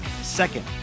Second